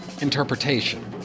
interpretation